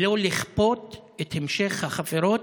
ולא לכפות את המשך החפירות.